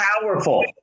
powerful